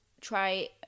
try